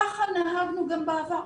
ככה נהגנו גם בעבר,